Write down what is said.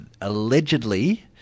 allegedly